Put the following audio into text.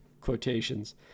quotations